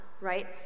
right